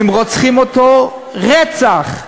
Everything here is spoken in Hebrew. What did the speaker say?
אם רוצחים אותו, רצח.